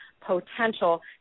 potential